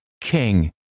king